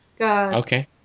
Okay